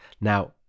Now